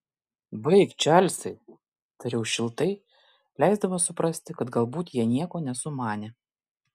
baik čarlzai tariau šiltai leisdamas suprasti kad galbūt jie nieko nesumanė